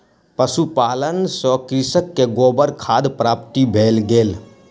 पशुपालन सॅ कृषक के गोबर खादक प्राप्ति भ गेल